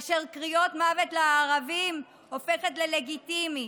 כאשר קריאה "מוות לערבים" הופכת ללגיטימית,